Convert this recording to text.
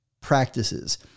practices